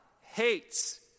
hates